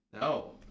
No